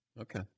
Okay